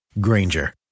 Granger